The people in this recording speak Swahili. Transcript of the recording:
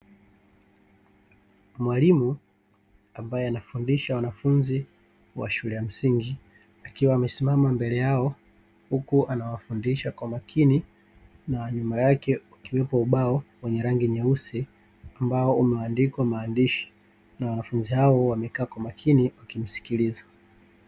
Mwalimu ambaye anafundisha wanafunzi wa shule ya msingi, akiwa amesimama mbele yao, huku anawafundisha kwa makini. Na nyuma yake ukiwepo ubao wenye rangi nyeusi, ambao umeandikwa kwa maandishi na wanafunzi hao wamekaa kwa makini wakimsikiliza.